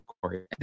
Corey